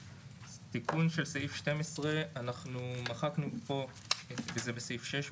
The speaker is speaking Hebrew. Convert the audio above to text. תיקון של סעיף 12. זה בסעיף 6,